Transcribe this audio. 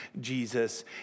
Jesus